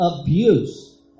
abuse